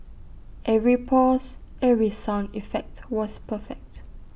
every pause every sound effect was perfect